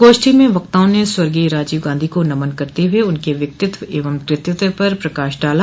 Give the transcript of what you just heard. गोष्ठी में वक्ताओं ने स्वर्गीय राजीव गांधी को नमन करते हुए उनके व्यक्तित्व एवं कृतित्व पर प्रकाश डाला